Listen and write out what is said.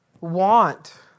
want